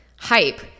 hype